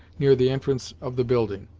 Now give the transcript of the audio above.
near the entrance of the building,